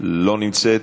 לא נמצאת.